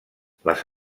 les